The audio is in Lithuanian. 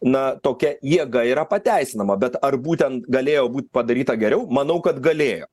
na tokia jėga yra pateisinama bet ar būtent galėjo būti padaryta geriau manau kad galėjo